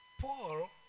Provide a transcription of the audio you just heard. Paul